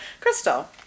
crystal